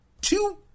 two